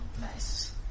Nice